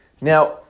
Now